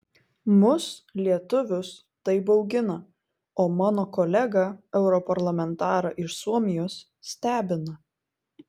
mus lietuvius tai baugina o mano kolegą europarlamentarą iš suomijos stebina